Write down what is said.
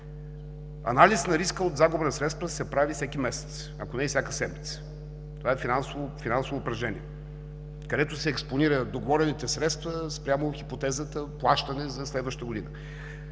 Анализ на риска от загуба на средства се прави всеки месец, ако не и всяка седмица. Това е финансово упражнение, където се експонира – договорените средства, спрямо хипотезата плащане за следваща година.